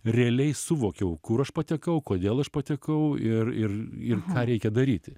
realiai suvokiau kur aš patekau kodėl aš patekau ir ir ir ką reikia daryti